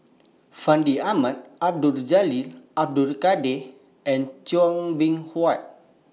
Fandi Ahmad Abdul Jalil Abdul Kadir and Chua Beng Huat